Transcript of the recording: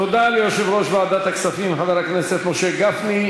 תודה ליושב-ראש ועדת הכספים חבר הכנסת משה גפני.